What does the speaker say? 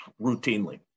routinely